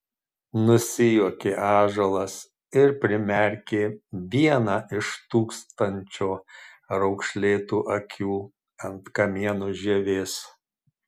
nusijuokė ąžuolas ir primerkė vieną iš tūkstančio raukšlėtų akių ant kamieno žievės